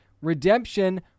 Redemption